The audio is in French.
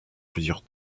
plusieurs